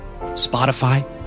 Spotify